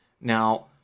Now